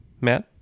matt